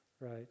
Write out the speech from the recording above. right